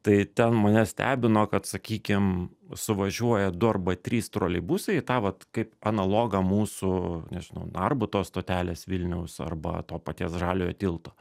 tai ten mane stebino kad sakykim suvažiuoja du arba trys troleibusai į tą vat kaip analogą mūsų nežinau narbuto stotelės vilniaus arba to paties žaliojo tilto